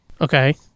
Okay